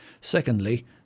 Secondly